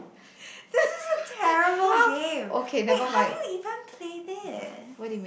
this is a terrible game wait how do you even play this